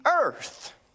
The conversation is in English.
earth